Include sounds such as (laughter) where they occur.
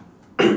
(coughs)